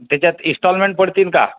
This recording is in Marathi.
त्याच्यात इस्टॉलमेंट पडतील का